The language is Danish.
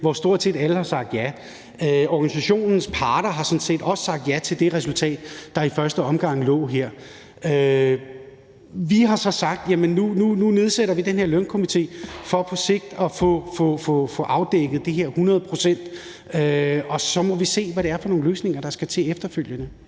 hvor stort set alle har sagt ja. Organisationens parter har sådan set også sagt ja til det resultat, der i første omgang lå her. Vi har så sagt, at nu nedsætter vi den her lønstrukturkomité for på sigt at få afdækket det her et hundrede procent, og så må vi efterfølgende se, hvad det er for nogle løsninger, der skal til. Kl.